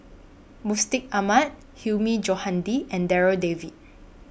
Mustaq Ahmad Hilmi Johandi and Darryl David